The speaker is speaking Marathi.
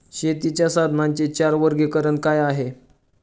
शेतीच्या साधनांचे चार वर्गीकरण काय आहे?